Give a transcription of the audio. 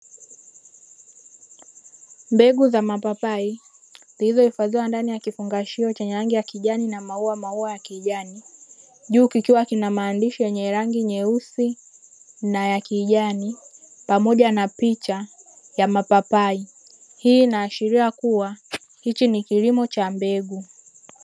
Mbegu za mapapai zilizohifadhiwa ndani ya kifungashio chenye rangi ya kijani na maua maua ya kijani juu kikiwa kina maandishi yenye rangi nyeusi na ya kijani pamoja picha ya mapapai, hii inaashiria kuwa hichi ni kilimo cha mbegu.